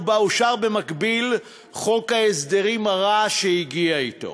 ובה אושר במקביל חוק ההסדרים הרע שהגיע אתו.